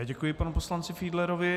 Děkuji panu poslanci Fiedlerovi.